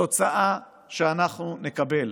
התוצאה שאנחנו נקבל